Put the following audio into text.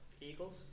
Eagles